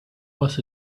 was